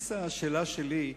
בסיס השאלה שלי,